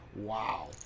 Wow